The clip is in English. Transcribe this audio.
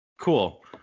cool